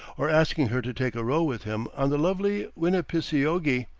or asking her to take a row with him on the lovely winnepiseogee.